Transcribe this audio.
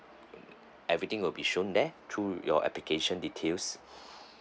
everything will be shown there through your application details